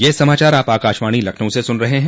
ब्रे क यह समाचार आप आकाशवाणी लखन्क से सुन रहे हैं